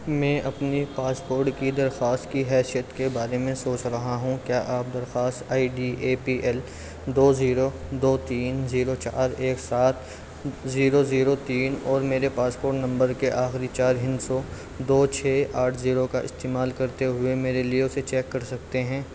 میں اپنے پاسپورٹ کی درخواست کی حیثیت کے بارے میں سوچ رہا ہوں کیا آپ درخواست I D A P L دو زیرو دو تین زیرو چار ایک سات زیرو زیرو تین اور میرے پاسپورٹ نمبر کے آخری چار ہندسوں دو چھ آٹھ زیرو کا استعمال کرتے ہوئے میرے لیے اسے چیک کر سکتے ہیں